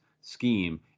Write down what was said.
scheme